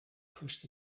pushed